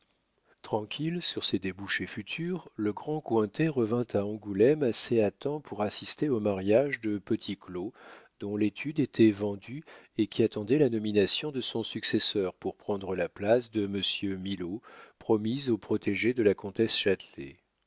tranquille sur ses débouchés futurs le grand cointet revint à angoulême assez à temps pour assister au mariage de petit claud dont l'étude était vendue et qui attendait la nomination de son successeur pour prendre la place de monsieur milaud promise au protégé de la comtesse